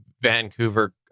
Vancouver